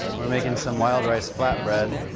we are making some wild rice flat bread.